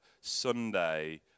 Sunday